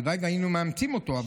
הלוואי שהיינו מאמצים אותו.